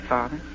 Father